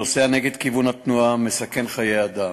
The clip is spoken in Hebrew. נוסע נגד כיוון התנועה ומסכן חיי אדם.